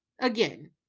again